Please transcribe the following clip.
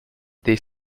des